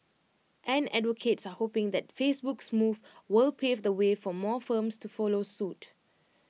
and advocates are hoping that Facebook's move will pave the way for more firms to follow suit